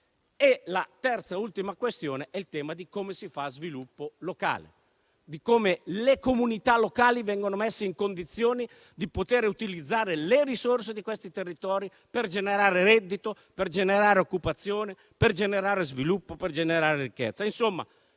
La terza e ultima questione è il tema di come si fa sviluppo locale, di come le comunità locali vengono messe nelle condizioni di poter utilizzare le risorse di quei territori per generare reddito, occupazione, sviluppo e ricchezza.